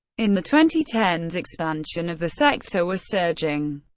in the twenty ten s expansion of the sector was surging.